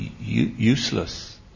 useless